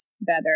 better